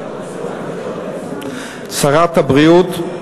שרת הבריאות,